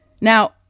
Now